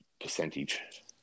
percentage